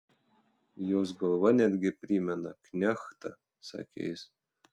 jos galva netgi primena knechtą sakė jis